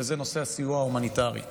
וזה נושא הסיוע ההומניטרי.